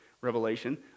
revelation